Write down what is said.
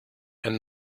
and